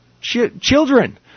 children